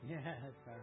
Yes